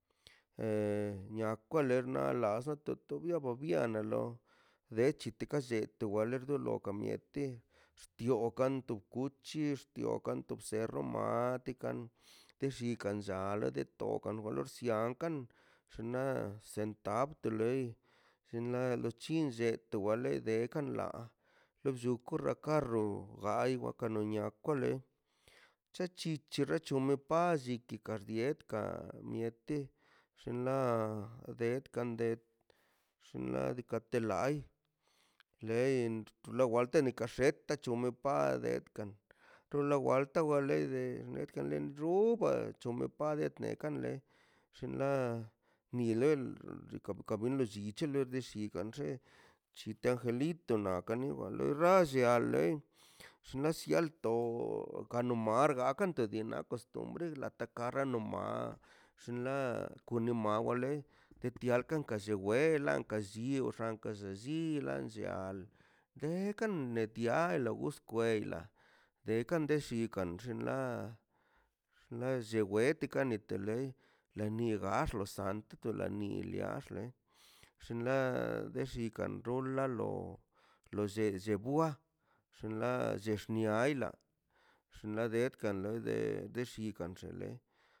E nia kwalernaꞌ ḻas to to bia ba bianaꞌ lo dechitek kalletual dolo kamietə xtio kan to kuchieꞌ xtion kan tob cerro martikan tellikan lla ləld tokan kolor siankan xnaꞌ centav to lei llinloi c̱hin lled to waḻe de kan ḻa llun korṟe karro gai wa kana nia kwale che chi cherrechomipalli kardiekaꞌ miete shen ḻa de kande shin la dekatelai lei lowalten nikax̱ekta chupade kan dolo walta waleꞌ de lekanle ruubaa chumapade nekan ḻe llin ḻa niḻe de bika buka bunchii c̱heḻe de shi gaṉ lle chiteꞌ angelitonaꞌ kani wale rránllia ḻee llnashial to ganmarga kanto de naꞌ costumbre la taka rranomáa sḻa kugamawandoḻé ketialkan kaꞌ llia weelan kallióxan kall- llilan llia guékan netiáa alobus kweilan guekan nellikan xllinḻáa naꞌ lleweteka' nete ḻei na ni gaxlo sant to lani leax ḻe xnaꞌ dexika rolalo lo lle llibuá shḻa llellx niailaꞌ xna' denkaꞌ lede dellikaꞌn llenḻe.